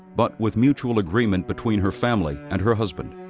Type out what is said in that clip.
but with mutual agreement between her family and her husband.